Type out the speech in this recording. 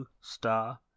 star